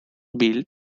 built